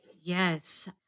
Yes